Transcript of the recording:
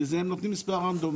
כי נותנים לו מספר רנדומלי.